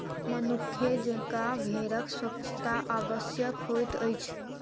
मनुखे जेंका भेड़क स्वच्छता आवश्यक होइत अछि